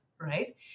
right